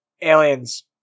Aliens